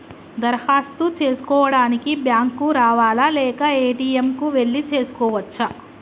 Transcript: దరఖాస్తు చేసుకోవడానికి బ్యాంక్ కు రావాలా లేక ఏ.టి.ఎమ్ కు వెళ్లి చేసుకోవచ్చా?